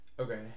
Okay